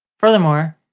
furthermore,